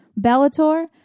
Bellator